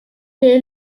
est